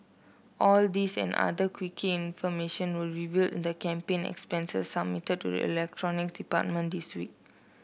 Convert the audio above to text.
all these and other quirky information were revealed in the campaign expenses submitted to the electronic department this week